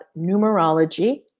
numerology